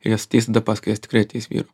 ir jos ateis nu tai paskui jas tikrai ateis vyrų